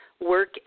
work